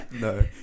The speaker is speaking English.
No